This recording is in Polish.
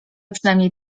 przynajmniej